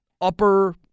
upper